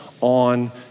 on